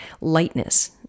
lightness